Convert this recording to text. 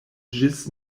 ĝis